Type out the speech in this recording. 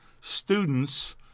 students